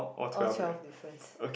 all twelve difference